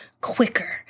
quicker